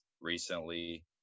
recently